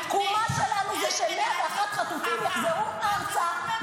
התקומה שלנו זה ש-101 חטופים יחזרו ארצה,